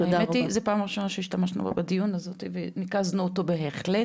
האמת היא שזו פעם ראשונה שהשתמשנו בזה בדיון וניקזנו אותו בהחלט